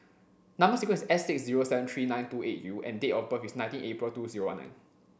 number sequence is S six zero seven three nine two eight U and date of birth is nineteen April two zero one nine